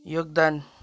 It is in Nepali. योगदान